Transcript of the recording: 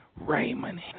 Raymond